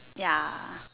ya